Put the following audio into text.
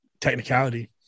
technicality